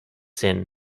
sin